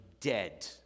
dead